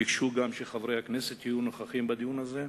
ביקשו שגם חברי הכנסת יהיו נוכחים בדיון הזה.